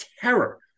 terror